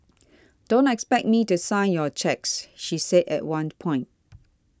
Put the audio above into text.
don't expect me to sign your cheques she said at one point